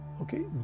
Okay